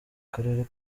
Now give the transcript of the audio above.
karere